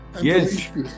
Yes